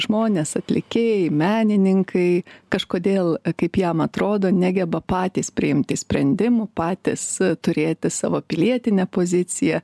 žmonės atlikėjai menininkai kažkodėl kaip jam atrodo negeba patys priimti sprendimų patys turėti savo pilietinę poziciją